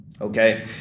Okay